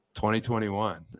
2021